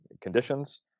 conditions